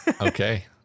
Okay